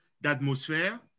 d'atmosphère